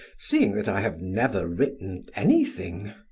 seeing that i have never written anything.